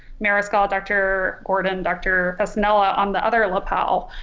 mariscal, dr. gordon, dr. fasanella on the other lapel.